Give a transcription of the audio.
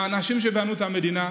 לאנשים שבנו את המדינה.